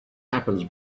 happens